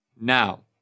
Now